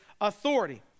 authority